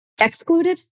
Excluded